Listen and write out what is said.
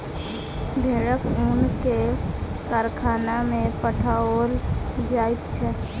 भेड़क ऊन के कारखाना में पठाओल जाइत छै